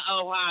Ohio